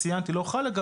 אני לא רואה עין בעין,